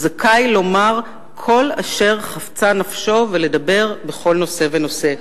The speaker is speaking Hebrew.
הוא זכאי לומר כל אשר חפצה נפשו ולדבר בכל נושא ונושא.